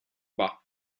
bah